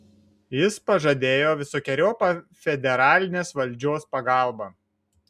jis pažadėjo visokeriopą federalinės valdžios pagalbą